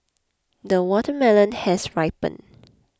the watermelon has ripened